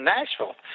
Nashville